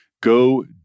go